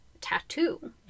tattoo